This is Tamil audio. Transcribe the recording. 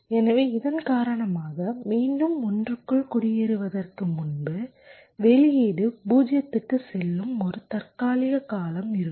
எனவே இதன் காரணமாக மீண்டும் 1 க்குள் குடியேறுவதற்கு முன்பு வெளியீடு 0 க்குச் செல்லும் ஒரு தற்காலிக காலம் இருக்கும்